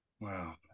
Wow